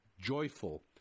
joyful